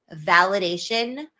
validation